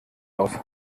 aus